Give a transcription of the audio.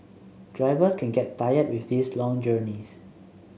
drivers can get tired with these long journeys